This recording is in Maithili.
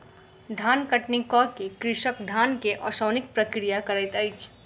धान कटनी कअ के कृषक धान के ओसौनिक प्रक्रिया करैत अछि